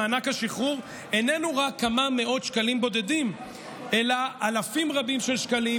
מענק השחרור איננו רק כמה מאות שקלים בודדים אלא אלפים רבים של שקלים,